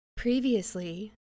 Previously